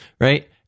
Right